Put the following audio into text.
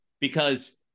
because-